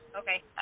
Okay